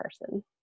person